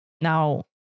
now